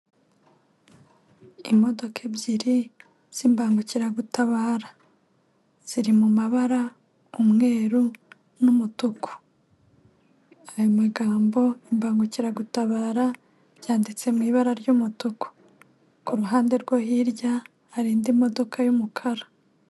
Imodoka ebyiri z'imbangukiragutabara, ziri mabara umweru, n'umutuku. Aya magambo imbangukiragutabara byanditse mu ibara ry'umutuku, ku ruhande rwo hirya hari indi modoka y'umukara.